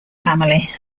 family